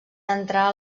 entrar